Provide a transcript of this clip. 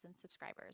subscribers